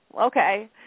okay